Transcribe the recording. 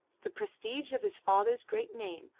the prestige of his father's great name,